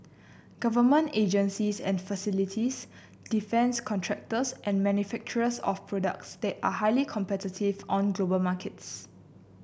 government agencies and facilities defence contractors and manufacturers of products that are highly competitive on global markets